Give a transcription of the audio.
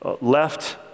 left